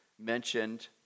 mentioned